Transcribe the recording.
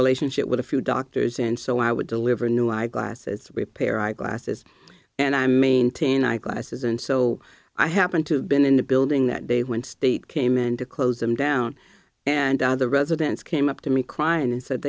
relationship with a few doctors and so i would deliver new eyeglasses repair eyeglasses and i maintain i classes and so i happened to have been in the building that day when state came in to close them down and other residents came up to me crying and said